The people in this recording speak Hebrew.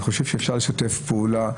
אני חושב שאפשר לשתף פעולה.